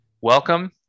welcome